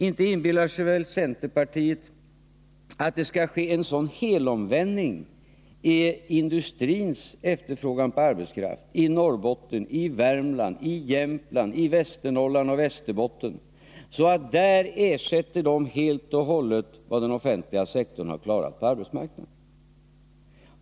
Inte inbillar sig väl centerpartiet att det skall ske en sådan helomvändning i industrins efterfrågan på arbetskraft i Norrbotten, i Värmland, i Jämtland, i Västernorrland och i Västerbotten att den helt och hållet ersätter vad den offentliga sektorn har klarat på arbetsmarknaden?